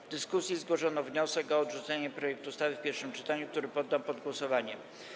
W dyskusji zgłoszono wniosek o odrzucenie projektu ustawy w pierwszym czytaniu, który poddam pod głosowanie.